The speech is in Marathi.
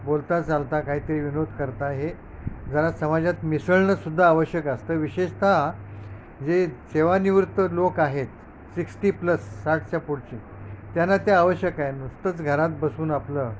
बोरता चालता काहीतरी विनोद करता हे जरा समाजात मिसळणंसुद्धा आवश्यक असतं विशेषतः जे सेवानिवृत्त लोक आहेत सिक्स्टी प्लस साठच्या पोडची त्यांना ते आवश्यक आहे नुसतंच घरात बसून आपलं